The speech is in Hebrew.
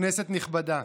כנסת נכבדה,